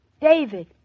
David